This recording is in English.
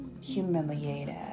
humiliated